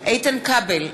איתן כבל,